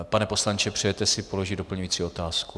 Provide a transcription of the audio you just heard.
Pane poslanče, přejete si položit doplňující otázku?